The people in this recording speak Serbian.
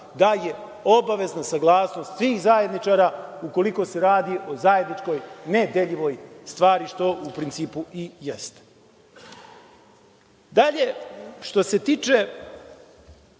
da je obavezna saglasnost svih zajedničara ukoliko se radi o zajedničkoj nedeljivoj stvari, što u principu i jeste. Što se tiče